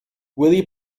willie